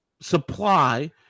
supply